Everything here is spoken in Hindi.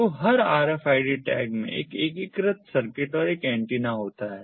तो हर RFID टैग में एक एकीकृत सर्किट और एक एंटीना होता है